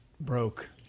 broke